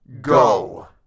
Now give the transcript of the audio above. Go